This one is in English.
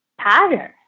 pattern